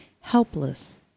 helpless